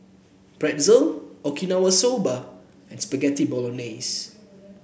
Pretzel Okinawa Soba and Spaghetti Bolognese